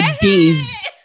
days